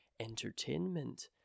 entertainment